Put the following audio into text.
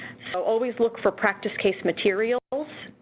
so always look for practice case materials,